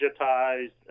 digitized